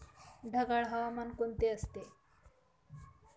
ढगाळ हवामान कोणते असते?